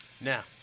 now